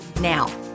now